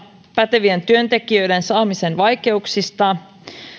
pätevien työntekijöiden saamisen vaikeuksista tai